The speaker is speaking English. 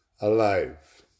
alive